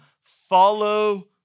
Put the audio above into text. follow